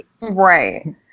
Right